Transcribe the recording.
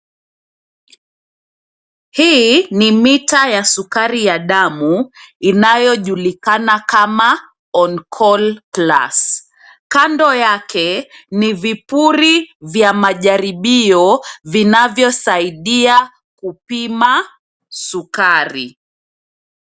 Hii ni mita ya sukari ya damu inayojulikana kama [OnCallPlus], kando yake ni vipuri vya majaribio vinavyosaidia kupima sukari.